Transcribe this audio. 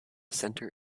center